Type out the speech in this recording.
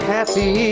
Happy